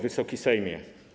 Wysoki Sejmie!